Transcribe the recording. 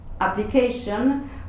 application